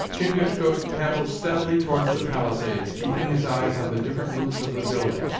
chingachgook paddled steadily towards the palisades, keeping his eyes on the different loops of the building.